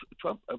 Trump